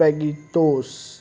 स्प्रेगिटोज़